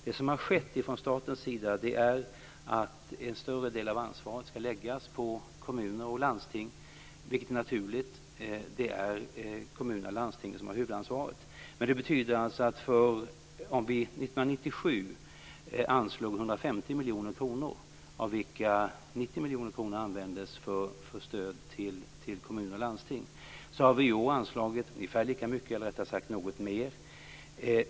Det som har skett från statens sida är att man har beslutat att en större del av ansvaret skall läggas på kommuner och landsting, vilket är naturligt eftersom det är kommunerna och landstingen som har huvudansvaret. Det betyder att om vi 1997 anslog 150 miljoner kronor, av vilka 90 miljoner kronor användes för stöd till kommun och landsting, så har vi i år anslagit något mer.